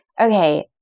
okay